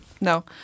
no